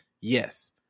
yes